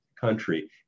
country